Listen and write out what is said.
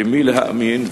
למי להאמין,